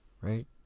right